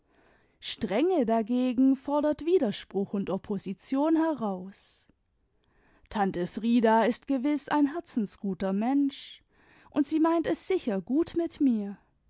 strenge dagegen fordert widerspruch und opposition heraus tante frieda ist gewiß ein herzensguter mensch und sie meint es sicher gut mit mir